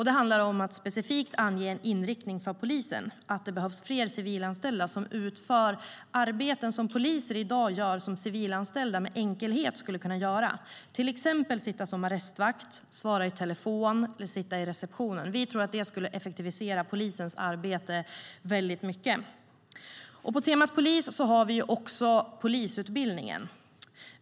Det handlar om att specifikt ange en inriktning för polisen; det behövs fler civilanställda som utför arbeten som poliser i dag gör men som civilanställda skulle kunna göra med enkelhet, till exempel sitta som arrestvakt, svara i telefon eller sitta i receptionen. Vi tror att det skulle effektivisera polisens arbete väldigt mycket. På temat polis har vi också polisutbildningen.